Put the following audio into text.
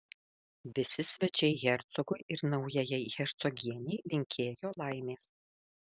visi svečiai hercogui ir naujajai hercogienei linkėjo laimės